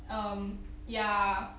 um ya